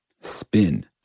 spin